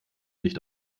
nicht